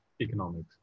economics